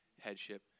headship